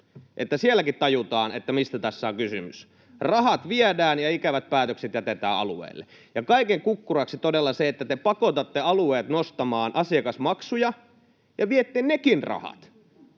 Sielläkin tajutaan, mistä tässä on kysymys: rahat viedään ja ikävät päätökset jätetään alueille. Ja kaiken kukkuraksi todella te pakotatte alueet nostamaan asiakasmaksuja ja viette nekin rahat.